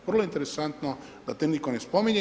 Vrlo interesantno da to nitko ne spominje.